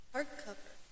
Hardcover